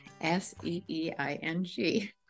s-e-e-i-n-g